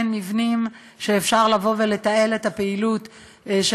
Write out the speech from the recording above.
אין מבנים שאפשר לתעל בהם את הפעילות של